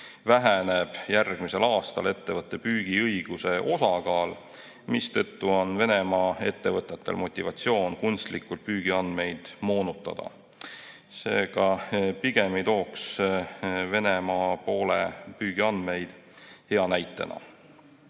väheneb järgmisel aastal ettevõtte püügiõiguse osakaal. Seetõttu on Venemaa ettevõtetel motivatsioon kunstlikult püügiandmeid moonutada. Seega, pigem ei tooks Venemaa poole püügiandmeid hea näitena.